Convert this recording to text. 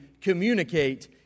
communicate